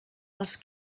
els